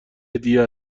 هدیه